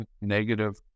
negative